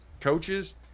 coaches